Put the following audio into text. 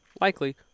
likely